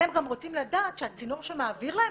אתם גם רוצים לדעת שהצינור שמעביר להם